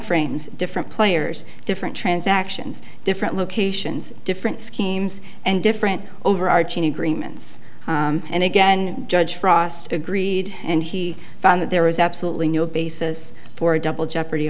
frames different players different transactions different locations different schemes and different overarching agreements and again judge frost agreed and he found that there was absolutely no basis for a double jeopardy